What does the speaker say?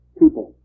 people